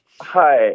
Hi